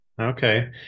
Okay